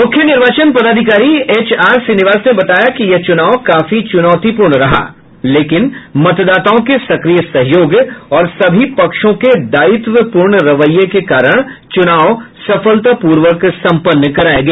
मुख्य निर्वाचन पदाधिकारी एच आर श्रीनिवास ने बताया कि यह चुनाव काफी चुनौतीपूर्ण रहा लेकिन मतदाताओं के सक्रिय सहयोग और सभी पक्षों के दायित्वपूर्ण रवैये के कारण चुनाव सफलतापूर्वक सम्पन्न कराया गया